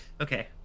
okay